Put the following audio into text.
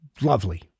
lovely